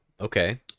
okay